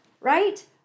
right